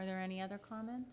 are there any other comments